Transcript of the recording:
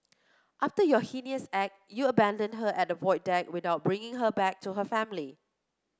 after your heinous act you abandoned her at the Void Deck without bringing her back to her family